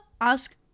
Ask